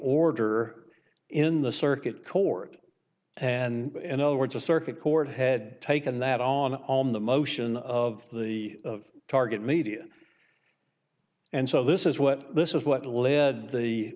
order in the circuit court and in other words a circuit court had taken that on on the motion of the target media and so this is what this is what led the